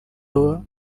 iowa